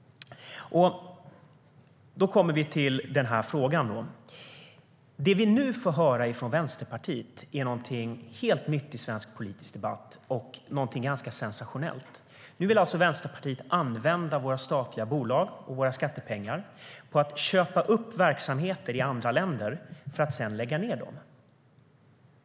Det vi nu får höra från Vänsterpartiet är något helt nytt i svensk politisk debatt och något ganska sensationellt. Vänsterpartiet vill använda våra statliga bolag och våra skattepengar till att köpa upp verksamheter i andra länder för att sedan lägga ned dem.